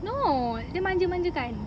no dia manja manjakan